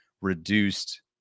reduced